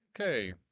Okay